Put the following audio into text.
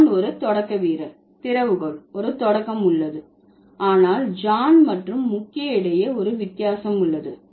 John ஒரு தொடக்க வீரர் திறவுகோல் ஒரு தொடக்க உள்ளது ஆனால் ஜான் மற்றும் முக்கிய இடையே ஒரு வித்தியாசம் உள்ளது